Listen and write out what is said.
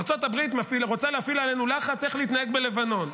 ארצות הברית רוצה להפעיל עלינו לחץ איך להתנהג בלבנון,